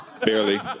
Barely